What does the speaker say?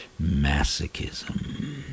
Masochism